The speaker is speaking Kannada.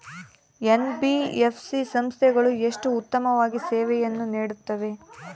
ಎನ್.ಬಿ.ಎಫ್.ಸಿ ಸಂಸ್ಥೆಗಳು ಎಷ್ಟು ಉತ್ತಮವಾಗಿ ಸೇವೆಯನ್ನು ನೇಡುತ್ತವೆ?